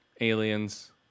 Aliens